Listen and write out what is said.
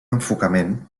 enfocament